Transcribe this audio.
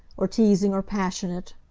or teasing or passionate,